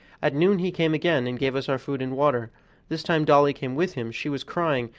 at noon he came again and gave us our food and water this time dolly came with him she was crying,